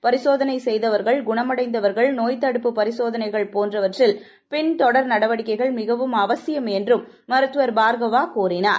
பரிசோதனை செய்தவர்கள் குணமடைந்தவர்கள் நோய்த் தடுப்பு பரிசோதனைகள் போன்றவற்றில் பின் தொடர் நடவடிக்கைகள் மிகவும் அவசியம் என்று மருத்துவர் பார்கவா கூறினார்